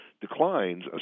declines